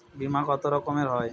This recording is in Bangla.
বিমা কত রকমের হয়?